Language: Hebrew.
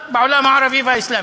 הרמדאן, בעולם הערבי והאסלאמי,